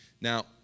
Now